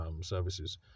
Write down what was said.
services